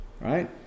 Right